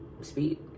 speed